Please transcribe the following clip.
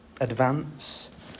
advance